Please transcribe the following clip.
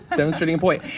demonstrating a point.